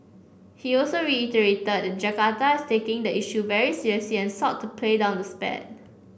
he also reiterated that Jakarta is taking the issue very seriously and sought to play down the spat